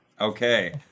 Okay